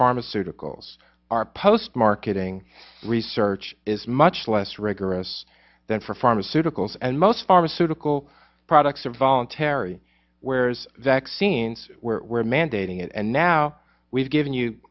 pharmaceuticals are post marketing research is much less rigorous than for pharmaceuticals and most pharmaceutical products are voluntary where is that scenes where mandating and now we've given you